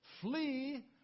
flee